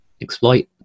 Exploit